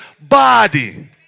body